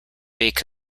beak